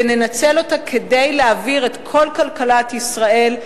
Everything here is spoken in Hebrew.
וננצל אותה כדי להעביר את כל כלכלת ישראל,